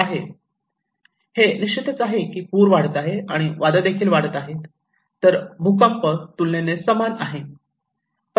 हे निश्चितच आहे की पूर वाढत आहे आणि वादळ देखील वाढत आहे तर भूकंप तुलनेने समान आहे